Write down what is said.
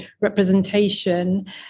representation